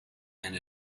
and